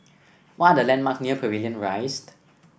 what are the landmark near Pavilion Rise